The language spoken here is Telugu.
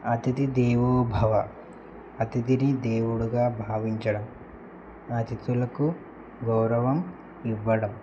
అతిథి దేవోభవ అతిథిని దేవుడుగా భావించడం అతిథులకు గౌరవం ఇవ్వడం